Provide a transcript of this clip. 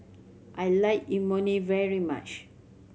I like Imoni very much